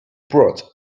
brought